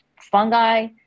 fungi